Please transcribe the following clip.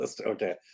Okay